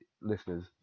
listeners